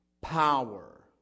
power